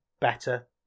better